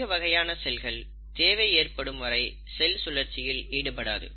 அதிக வகையான செல்கள் தேவை ஏற்படும் வரை செல் சுழற்சியில் ஈடுபடாது